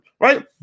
right